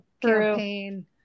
campaign